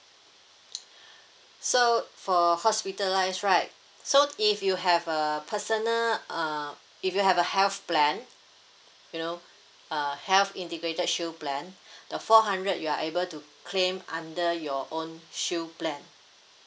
so for hospitalise right so if you have a personal uh if you have a health plan you know uh health integrated shield plan the four hundred you are able to claim under your own shield plan